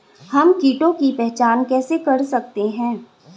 हम कीटों की पहचान कैसे कर सकते हैं?